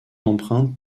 empreintes